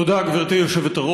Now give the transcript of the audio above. תודה, גברתי היושבת-ראש.